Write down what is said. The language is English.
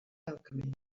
alchemy